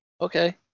Okay